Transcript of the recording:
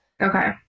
Okay